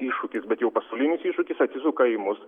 iššūkis bet jau pasaulinis iššūkis atsisuka į mus